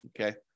Okay